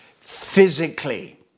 physically